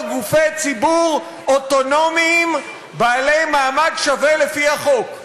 גופי ציבור אוטונומיים בעלי מעמד שווה לפי החוק.